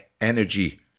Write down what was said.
energy